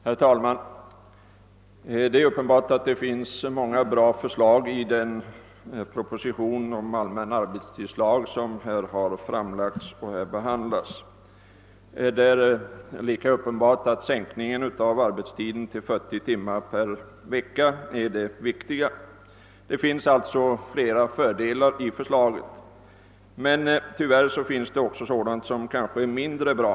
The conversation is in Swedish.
Herr talman! Det är uppenbart att det finns många bra förslag i den proposition om allmän arbetstidslag som vi nu behandlar. Lika uppenbart är att sänkningen av arbetstiden till 40 timmar per vecka är det viktiga. Men tyvärr finns det också sådant som kanske är mindre bra.